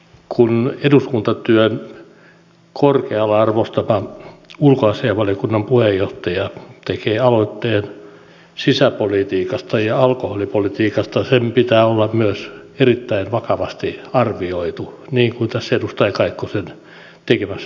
kun eduskuntatyön korkealle arvostava ulkoasiainvaliokunnan puheenjohtaja tekee aloitteen sisäpolitiikasta ja alkoholipolitiikasta sen pitää olla myös erittäin vakavasti arvioitu niin kuin tässä edustaja kaikkosen tekemässä aloitteessa on tapahtunut